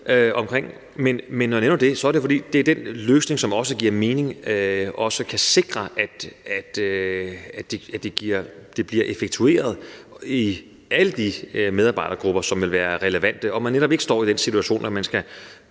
omkring det. Men når jeg nævner det, er det, fordi det er den løsning, som også giver mening og også kan sikre, at det bliver effektueret i alle de medarbejdergrupper, som vil være relevante, og så man netop ikke står i den situation, at man skal